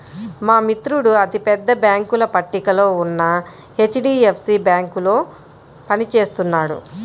మా మిత్రుడు అతి పెద్ద బ్యేంకుల పట్టికలో ఉన్న హెచ్.డీ.ఎఫ్.సీ బ్యేంకులో పని చేస్తున్నాడు